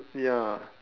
ya